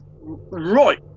right